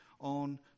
on